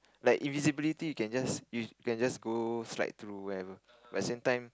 like invisibility you can just you can just go strike through wherever but at the same time